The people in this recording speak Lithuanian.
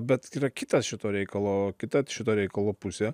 bet yra kitas šito reikalo kita šito reikalo pusė